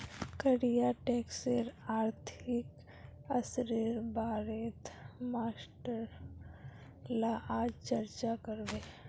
कर या टैक्सेर आर्थिक असरेर बारेत मास्टर ला आज चर्चा करबे